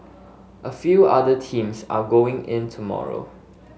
a few other teams are going in tomorrow